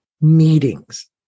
meetings